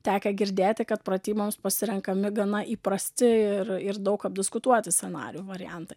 tekę girdėti kad pratyboms pasirenkami gana įprasti ir ir daug apdiskutuoti scenarijų variantai